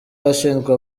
ashinzwe